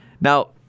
Now